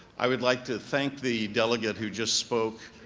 i would like to thank the delegate who just spoke